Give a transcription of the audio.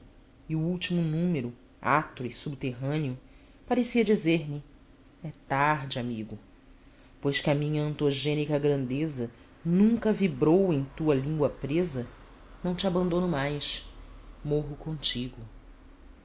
e o último número atro e subterrâneo parecia dizer-me é tarde amigo pois que a minha antogênica grandeza nunca vibrou em tua língua presa não te abandono mais morro contigo